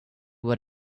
what